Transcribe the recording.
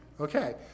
Okay